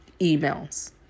emails